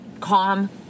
Calm